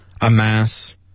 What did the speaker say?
amass